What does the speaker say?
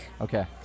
Okay